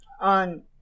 on